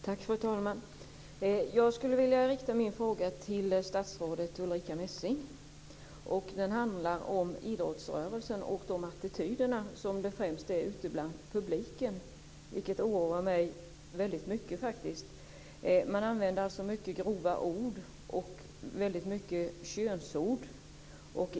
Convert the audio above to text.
Fru talman! Jag skulle vilja rikta min fråga till statsrådet Ulrica Messing. Den handlar om idrottsrörelsen och de attityder som finns främst ute bland publiken. Det oroar mig faktiskt väldigt mycket. Man använder mycket grova ord, väldigt mycket könsord.